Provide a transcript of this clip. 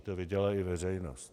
To viděla i veřejnost.